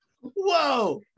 whoa